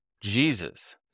Jesus